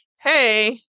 Hey